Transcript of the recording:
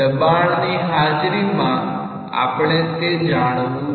દબાણ ની હાજરીમાં આપણે તે જાણવું છે